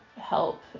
help